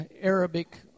Arabic